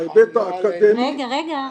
בהיבט האקדמי --- אנחנו --- רגע,